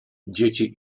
dzieci